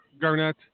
Garnett